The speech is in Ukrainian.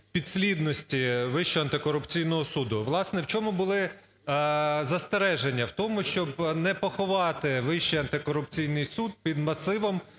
підслідності Вищого антикорупційного суду. Власне, в чому були застереження. В тому, щоб не поховати Вищий антикорупційний суд під масивом